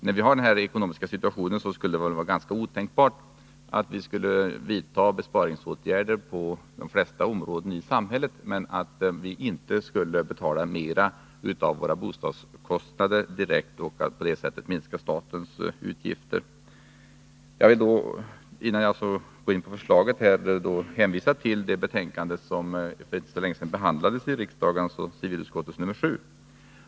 Men med den ekonomiska situation som vi har vore det ganska otänkbart att vidta besparingsåtgärder på de flesta områden i samhället men inte på bostadsområdet och på det sättet minska statens utgifter. Innan jag går in på förslaget vill jag hänvisa till ett betänkande som för inte så länge sedan behandlades i kammaren, civilutskottets betänkande 7.